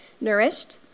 nourished